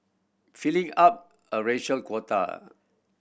filling up a racial quota